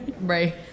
Right